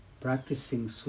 practicing